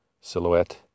silhouette